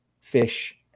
fish